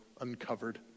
uncovered